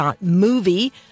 movie